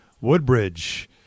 Woodbridge